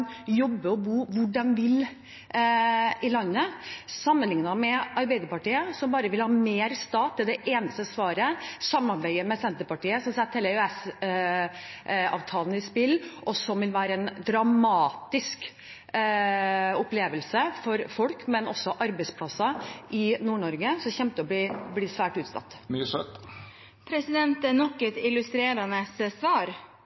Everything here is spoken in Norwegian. og bo hvor de vil i landet, sammenlignet med Arbeiderpartiet, som bare vil ha mer stat, det er det eneste svaret, samarbeide med Senterpartiet, som setter hele EØS-avtalen i spill. Det vil være en dramatisk opplevelse for folk, men også dramatisk for arbeidsplasser i Nord-Norge, som kommer til å bli svært utsatt. Det er nok et illustrerende svar